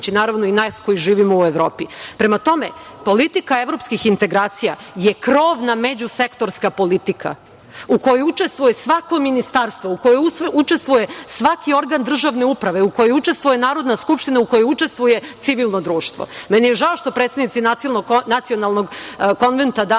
naravno i nas koji živimo u Evropi. Prema tome, politika evropskih integracija je krovna međusektorska politika, u kojoj učestvuje svako ministarstvo, u kojoj učestvuje svaki organ državne uprave, u kojoj učestvuje Narodna skupština, u kojoj učestvuje civilno društvo. Meni je žao što predsednici Nacionalnog konventa